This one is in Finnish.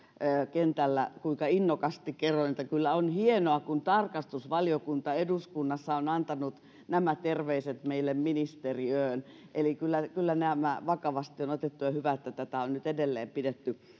kentällä kuinka innokkaasti kerroin että kyllä on hienoa kun tarkastusvaliokunta eduskunnassa on antanut nämä terveiset meille ministeriöön eli kyllä kyllä nämä vakavasti on otettu ja hyvä että tätä on nyt edelleen pidetty